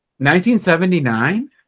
1979